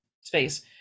space